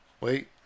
Wait